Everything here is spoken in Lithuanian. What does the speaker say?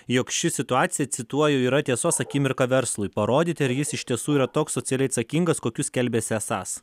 jog ši situacija cituoju yra tiesos akimirka verslui parodyti ar jis iš tiesų yra toks socialiai atsakingas kokiu skelbėsi esąs